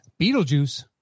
Beetlejuice